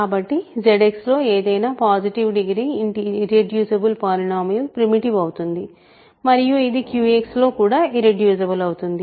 కాబట్టి ZX లో ఏదైనా positive degree irreducible polynomial primitive అవుతుంది మరియు ఇది QX లో కూడా ఇర్రెడ్యూసిబుల్ అవుతుంది